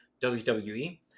WWE